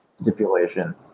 stipulation